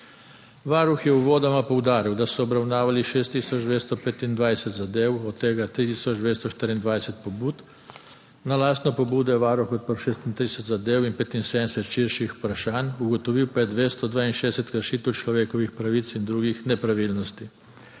Varuh je uvodoma poudaril, da so obravnavali 6 tisoč 225 zadev, od tega 3 tisoč 224 pobud. Na lastno pobudo je varuh odprl 36 zadev in 75 širših vprašanj, ugotovil pa je 262 kršitev človekovih pravic in drugih nepravilnosti.